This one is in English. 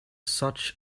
such